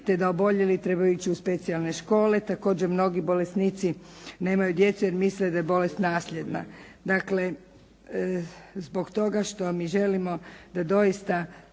te da oboljeli trebaju ići u specijalne škole. Također mnogi bolesnici nemaju djecu jer misle da je bolest nasljedna. Dakle, zbog toga što mi želimo da doista